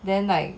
then like